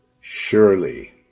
surely